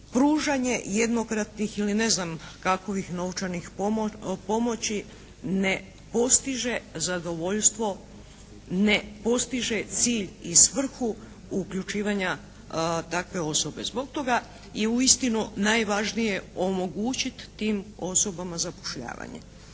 pružanje jednokratnih ili ne znam kakovih novčanih pomoći ne postiže zadovoljstvo, ne postiže cilj i svrhu uključivanja takve osobe. Zbog toga je uistinu najvažnije omogućit tim osobama zapošljavanje.